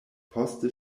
poste